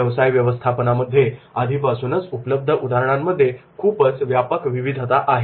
व्यवसाय व्यवस्थापनामध्ये आधीपासूनच उपलब्ध उदाहरणांमध्ये खूपच व्यापक विविधता आहे